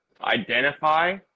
Identify